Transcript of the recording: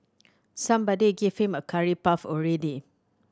somebody give him a curry puff already